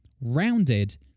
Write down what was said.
rounded